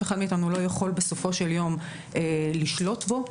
אחד מאיתנו לא יכול בסופו של יום לשלוט בו,